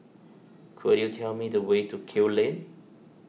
could you tell me the way to Kew Lane